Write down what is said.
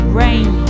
rain